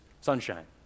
sunshine